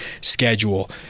schedule